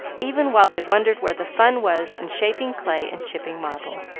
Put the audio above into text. even while they wondered where the fun was in shaping clay and chipping marble.